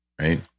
Right